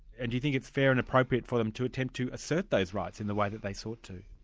and do you think it's fair and appropriate for them to attempt to assert those rights in the way that they sought to?